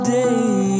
day